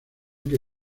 que